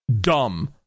dumb